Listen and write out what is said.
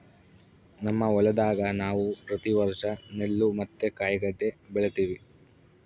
ನಮ್ಮ ಹೊಲದಾಗ ನಾವು ಪ್ರತಿ ವರ್ಷ ನೆಲ್ಲು ಮತ್ತೆ ಕಾಯಿಗಡ್ಡೆ ಬೆಳಿತಿವಿ